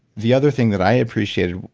the other thing that i appreciated,